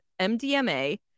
MDMA